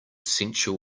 sensual